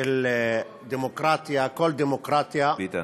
של דמוקרטיה, כל דמוקרטיה,